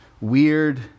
weird